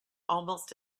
almost